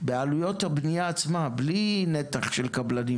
בעלויות הבנייה עצמה, בלי נתח של קבלנים